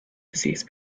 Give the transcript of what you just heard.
disease